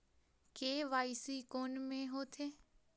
KYC कोन में होथे?